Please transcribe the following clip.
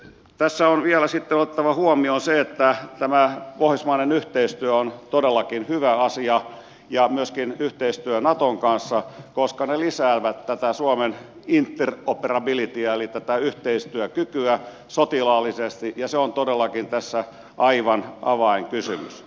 tässä on vielä sitten otettava huomioon se että tämä pohjoismainen yhteistyö on todellakin hyvä asia ja myöskin yhteistyö naton kanssa koska ne lisäävät suomen interoperabilityä eli yhteistyökykyä sotilaallisesti ja se on todellakin tässä aivan avainkysymys